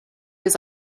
his